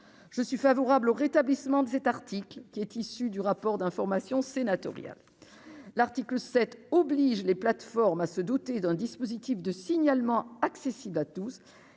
je suis favorable au rétablissement de cet article qui est issu du rapport d'information sénatorial, l'article 7 oblige les plateformes à se doter d'un dispositif de signalement accessible à tous,